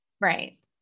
Right